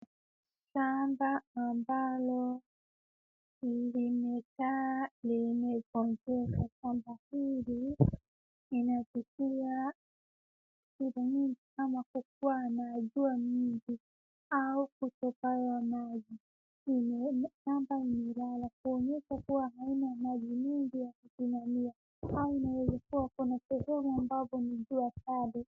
Shamba ambalo limekaa limegonjeka, shamba hili linaka limepitiwa vitu mingi kama kuwa na jua mingi au kutopewa maji. Hili shamba ni dala ya kuonyesha kuwa haina maji mingi ya kusimamia au inaweza kuwa kuna sehemu ambapo ni jua kali.